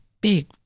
big